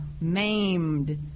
maimed